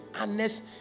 honest